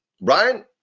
Brian